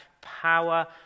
power